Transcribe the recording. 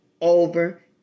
over